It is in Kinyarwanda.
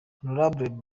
hon